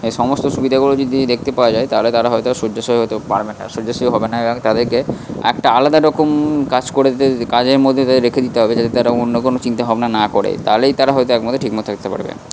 এই সমস্ত সুবিধাগুলোর দিক দিয়ে যদি দেখতে পাওয়া যায় তা হলে তারা হয়তো শয্যাশায়ী হতে তো পারবে না শয্যাশায়ীও হবে না এবং তাদেরকে একটা আলাদা রকম কাজ করে দিতে কাজের মধ্যে তাদের রেখে দিতে হবে যাতে তারা অন্য কোনো চিন্তা ভাবনা না করে তা হলেই তারা হয়তো একমাত্র ঠিক মতো থাকতে পারবে